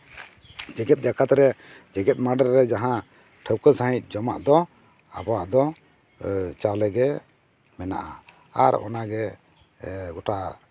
ᱡᱮᱜᱮᱛ ᱡᱟᱠᱟᱛ ᱨᱮ ᱡᱮᱜᱮᱛ ᱢᱟᱰᱮᱨ ᱨᱮ ᱡᱟᱦᱟᱸ ᱴᱷᱟᱹᱣᱠᱟᱹ ᱥᱟᱺᱦᱤᱡ ᱡᱚᱢᱟᱜ ᱫᱚ ᱟᱵᱚᱣᱟᱜ ᱫᱚ ᱪᱟᱣᱞᱮ ᱜᱮ ᱢᱮᱱᱟᱜᱼᱟ ᱟᱨ ᱚᱱᱟᱜᱮ ᱜᱚᱴᱟ